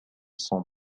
son